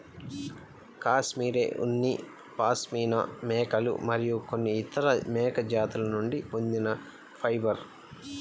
cashmere ఉన్ని పాష్మినా మేకలు మరియు కొన్ని ఇతర మేక జాతుల నుండి పొందిన ఫైబర్